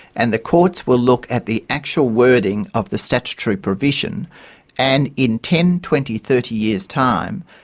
and the courts will look at the actual wording of the statutory provision and in ten, twenty, thirty years' time,